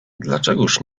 dlaczegóż